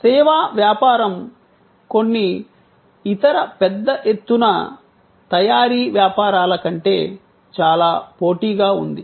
సేవా వ్యాపారం కొన్ని ఇతర పెద్ద ఎత్తున తయారీ వ్యాపారాల కంటే చాలా పోటీగా ఉంది